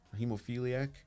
hemophiliac